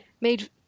made